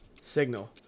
Signal